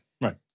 right